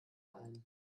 ein